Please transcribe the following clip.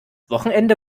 wochenende